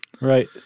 Right